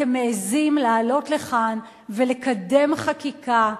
ואתם מעזים לעלות לכאן ולקדם חקיקה.